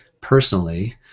personally